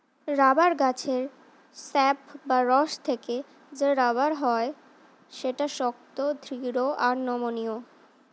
rubber গাছের sap বা রস থেকে যে রাবার হয় সেটা শক্ত, দৃঢ় আর নমনীয়